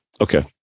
Okay